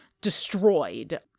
destroyed